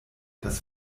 das